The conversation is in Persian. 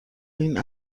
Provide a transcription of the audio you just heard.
این